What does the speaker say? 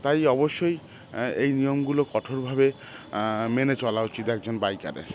তাই অবশ্যই এই নিয়মগুলো কঠোরভাবে মেনে চলা উচিত একজন বাইকারের